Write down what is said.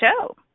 show